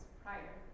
prior